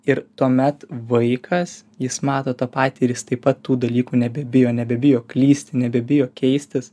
ir tuomet vaikas jis mato tą patį ir jis taip pat tų dalykų nebebijo nebebijo klysti nebijo keistis